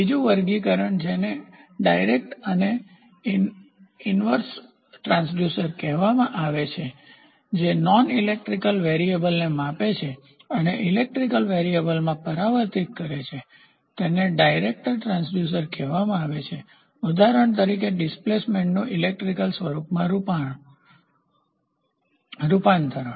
બીજું વર્ગીકરણ છે જેને ડાયરેક્ટ અને ઈન્વર્સ ટ્રાન્સડ્યુસર કહેવામાં આવે છે જે નોન ઇલેક્ટ્રિકલ વેરીએબલને માપે છે અને ઇલેક્ટ્રિકલ વેરીએબલમાં પરિવર્તિત કરે છે તેને ડાયરેક્ટ ટ્રાંસડ્યુસર કહેવાય છે ઉદાહરણ તરીકે ડિસ્પ્લેસમેન્ટનું ઇલેક્ટ્રિકલ સ્વરૂપમાં રૂપાંતરણ